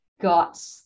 got